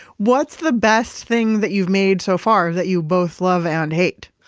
what's the best thing that you've made so far, that you both love and hate?